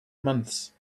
months